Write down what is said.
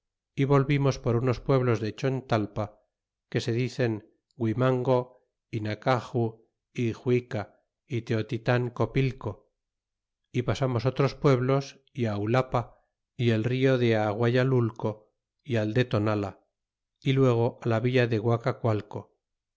y volvimos por unos pueblos de la chontalpa que se dicen guimango é nacaxu y xuica é teotitan copilco pasamos otros pueblos y ulapa y el rio de ayagualulco é al de tonala y luego la villa de